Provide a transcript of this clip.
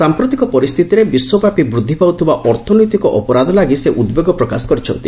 ସାମ୍ପ୍ରତିକ ପରିସ୍ଥିତିରେ ବିଶ୍ୱବ୍ୟାପି ବୃଦ୍ଧି ପାଉଥିବା ଅର୍ଥନୈତିକ ଅପରାଧ ଲାଗି ସେ ଉଦ୍ବେଗ ପ୍ରକାଶ କରିଛନ୍ତି